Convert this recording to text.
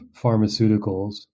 pharmaceuticals